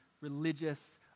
religious